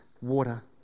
water